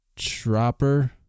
tropper